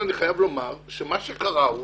כאן אני חייב לומר שמה שקרה הוא